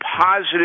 positive